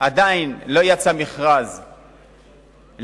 עדיין לא יצא מכרז לערוץ-10.